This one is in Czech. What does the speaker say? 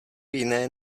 jiné